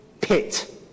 pit